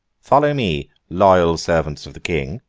follow me, loyal servants of the king